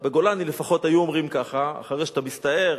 בגולני לפחות היו אומרים כך: אחרי שאתה מסתער